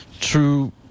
true